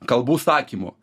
kalbų sakymu